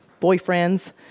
boyfriends